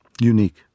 unique